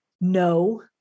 no